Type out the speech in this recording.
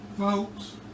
Folks